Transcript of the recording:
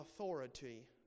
authority